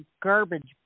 garbage